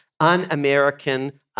un-American